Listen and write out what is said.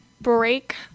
break